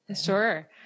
Sure